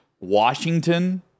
Washington